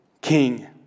king